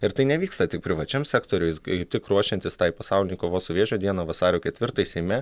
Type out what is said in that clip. ir tai nevyksta tik privačiam sektoriuj kaip tik ruošiantis tai pasaulinei kovos su vėžiu dienai vasario ketvirtą seime